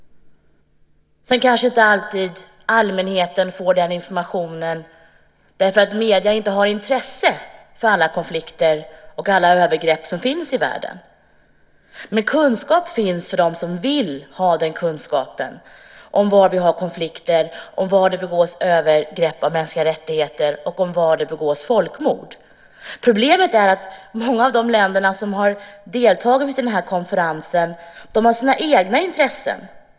Sedan kanske inte alltid allmänheten får den informationen därför att medierna inte har intresse för alla konflikter som finns och alla övergrepp som görs i världen. Men kunskap finns för dem som vill ha den om var vi har konflikter, om var det begås övergrepp av mänskliga rättigheter och om var det begås folkmord. Problemet är att många av de länder som har deltagit i den här konferensen har sina egna intressen.